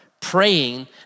praying